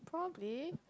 probably